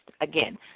Again